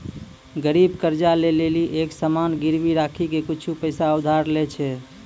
गरीब कर्जा ले लेली एक सामान गिरबी राखी के कुछु पैसा उधार लै छै